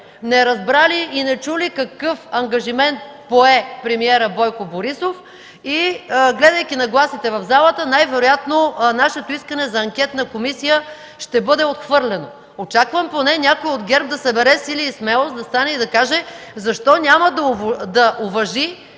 не разбрали и не чули какъв ангажимент пое премиерът Бойко Борисов и, гледайки нагласите в залата, най-вероятно нашето искане за анкетна комисия ще бъде отхвърлено. Очаквам поне някой от ГЕРБ да събере сили и смелост, да стане и да каже защо няма да уважи